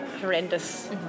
horrendous